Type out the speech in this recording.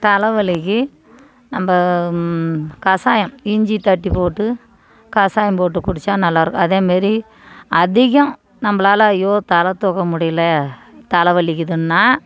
தலைவலிக்கு நம்ம கசாயம் இஞ்சி தட்டி போட்டு கசாயம் போட்டு குடிச்சால் நல்லா இருக்கும் அதேமாதிரி அதிகம் நம்மளால ஐயோ தலைத்தூக்க முடியலை தலைவலிக்குதுன்னா